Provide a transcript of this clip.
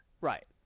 Right